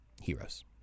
Heroes